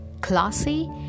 classy